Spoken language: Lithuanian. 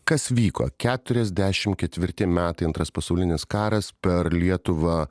kas vyko keturiasdešim ketvirti metai antras pasaulinis karas per lietuvą